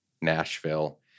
Nashville